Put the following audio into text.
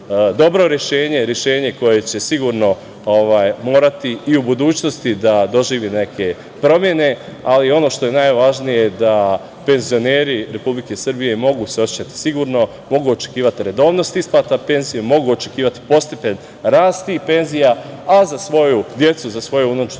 dobro rešenje, rešenje koje će sigurno morati i u budućnosti da doživi neke promene, ali ono što je najvažnije je da penzioneri Republike Srbije mogu se osećati sigurno, mogu očekivati redovnost isplata penzija, mogu očekivati postepen rast tih penzija, a za svoju decu i za svoju unučad